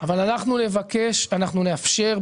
אבל אנחנו נבקש ונאפשר,